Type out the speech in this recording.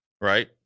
right